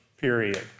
period